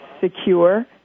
secure